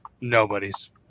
Nobody's